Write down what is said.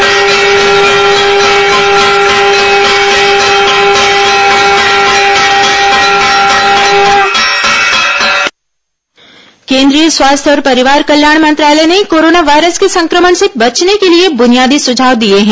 corona परामर्श appeal केंद्रीय स्वास्थ्य और परिवार कल्याण मंत्रालय ने कोरोना वायरस के संक्रमण से बचने के लिए ब्रुनियादी सुझाव दिए हैं